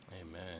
Amen